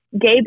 Gay